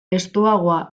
estuagoa